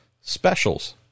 specials